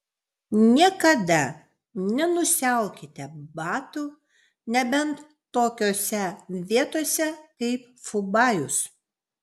niekada nenusiaukite batų nebent tokiose vietose kaip fubajus